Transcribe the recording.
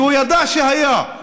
כי הוא ידע שהיה,